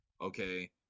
okay